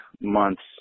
months